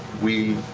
we've